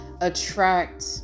attract